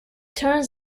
turns